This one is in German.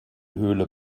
höhle